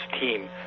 team